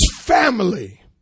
family